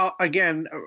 again